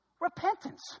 Repentance